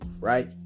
right